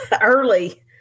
early